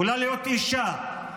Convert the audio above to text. אישה,